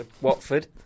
Watford